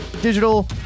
digital